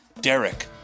Derek